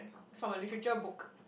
it's from a literature book